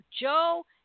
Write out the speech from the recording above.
Joe